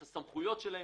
את הסמכויות שלהם,